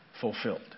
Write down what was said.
fulfilled